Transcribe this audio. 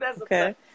Okay